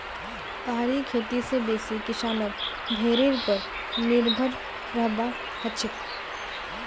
पहाड़ी खेती स बेसी किसानक भेड़ीर पर निर्भर रहबा हछेक